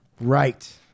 Right